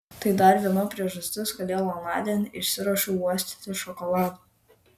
tai dar viena priežastis kodėl anądien išsiruošiau uostyti šokolado